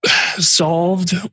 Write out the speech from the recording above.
solved